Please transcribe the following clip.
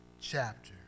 chapter